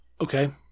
Okay